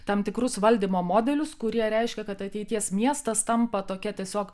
tam tikrus valdymo modelius kurie reiškia kad ateities miestas tampa tokia tiesiog